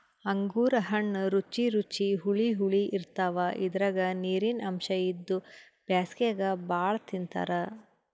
ಅಂಗೂರ್ ಹಣ್ಣ್ ರುಚಿ ರುಚಿ ಹುಳಿ ಹುಳಿ ಇರ್ತವ್ ಇದ್ರಾಗ್ ನೀರಿನ್ ಅಂಶ್ ಇದ್ದು ಬ್ಯಾಸ್ಗ್ಯಾಗ್ ಭಾಳ್ ತಿಂತಾರ್